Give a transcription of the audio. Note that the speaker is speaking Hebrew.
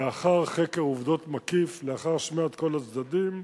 לאחר חקר עובדות מקיף, לאחר שמיעת כל הצדדים,